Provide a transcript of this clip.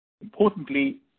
Importantly